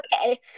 okay